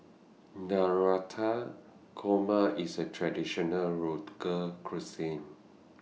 Navratan Korma IS A Traditional Road call Cuisine